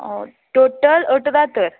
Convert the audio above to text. total अठरा तर